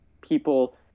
people